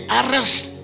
arrest